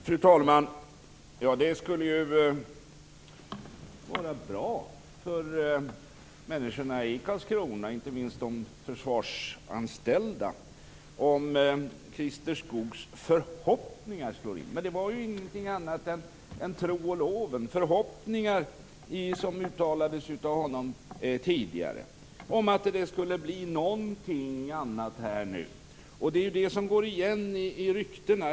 Fru talman! Det skulle ju vara bra för människorna i Karlskrona, inte minst de försvarsanställda, om Christer Skoogs förhoppningar slog in. Men det var ju ingenting annat än tro och loven - förhoppningar - som uttalades av honom tidigare om att det skulle bli någonting annat här nu. Detta går igen i ryktena.